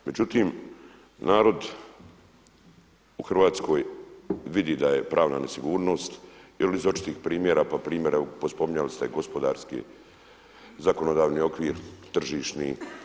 Međutim, narod u Hrvatskoj vidi da je pravna nesigurnost jer iz očitih primjera, pa primjera spominjali ste gospodarski zakonodavni okvir, tržišni.